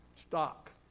stock